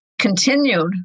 continued